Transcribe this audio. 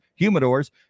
humidors